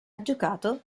giocato